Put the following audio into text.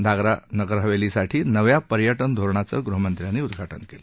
दादरा नगरहवेलीसाठी नव्या पर्यटन धोरणाचं गृहमंत्र्यांनी उदघाटन केलं